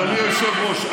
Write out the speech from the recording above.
אדוני היושב-ראש,